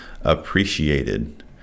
appreciated